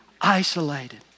isolated